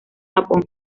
japón